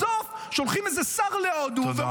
בסוף, שולחים איזה שר להודו -- תודה.